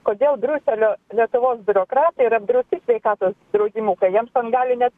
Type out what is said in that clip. kodėl briuselio lietuvos biurokratai yra apdrausti sveikatos draudimu kai jiems ten gali net